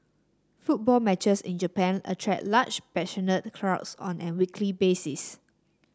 football matches in Japan attract large passionate crowds on a weekly basis